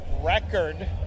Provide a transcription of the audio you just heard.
record